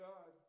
God